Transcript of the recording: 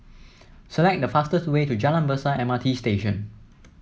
select the fastest way to Jalan Besar M R T Station